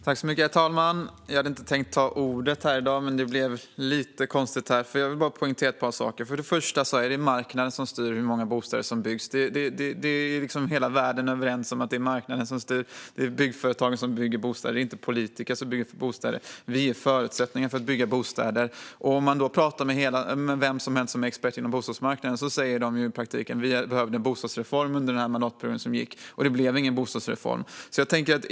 Herr talman! Jag hade inte tänkt begära ordet, men det blev lite konstigt här. Jag vill bara poängtera ett par saker. Det är marknaden som styr hur många bostäder som byggs. Hela världen är överens om att det är marknaden som styr och om att det är byggföretagen som bygger bostäder, inte politiker som gör det. Vi är förutsättningarna för att bygga bostäder. Om man pratar med vilken expert som helst på bostadsmarknaden säger de att det behövdes en bostadsreform under den mandatperiod som gick. Men det blev ingen bostadsreform.